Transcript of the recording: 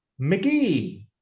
McGee